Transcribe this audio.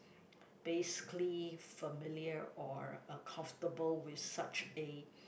basically familiar or are comfortable with such a